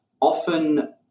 often